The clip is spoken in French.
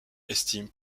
estiment